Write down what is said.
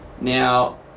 now